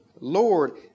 Lord